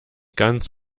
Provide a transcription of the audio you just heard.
ganz